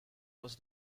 was